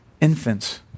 infants